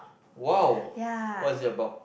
!wow! what's it about